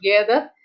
together